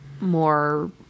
more